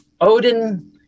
Odin